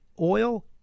oil